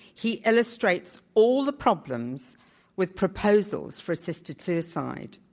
he illustrates all the problems with proposals for assisted suicide.